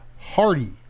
Hardy